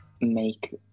make